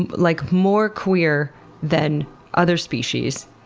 and like more queer than other species?